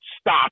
stop